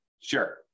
Sure